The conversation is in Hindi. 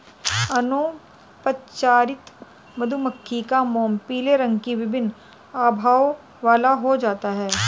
अनुपचारित मधुमक्खी का मोम पीले रंग की विभिन्न आभाओं वाला हो जाता है